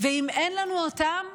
ואם אין לנו אותם,